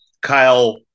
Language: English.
Kyle